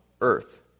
earth